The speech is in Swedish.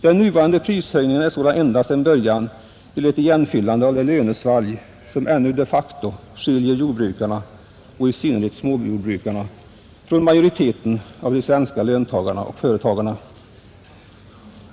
Den nu avtalade prishöjningen är sålunda endast en början till ett igenfyllande av det lönesvalg som ännu de facto skiljer jordbrukarna och i synnerhet småjordbrukarna från majoriteten av de svenska löntagarna och företagarna.